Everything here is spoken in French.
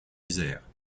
isère